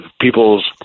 people's